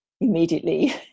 immediately